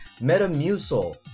Metamucil